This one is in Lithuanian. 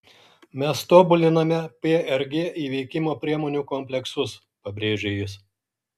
mes tobuliname prg įveikimo priemonių kompleksus pabrėžė jis